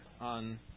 on